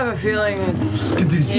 um feeling it's